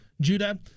Judah